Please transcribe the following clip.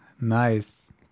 nice